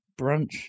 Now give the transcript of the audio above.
brunch